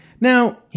Now